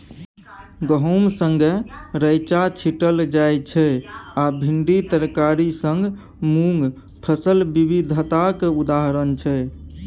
गहुम संगै रैंचा छीटल जाइ छै आ भिंडी तरकारी संग मुँग फसल बिबिधताक उदाहरण छै